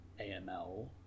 AML